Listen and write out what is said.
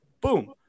Boom